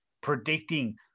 predicting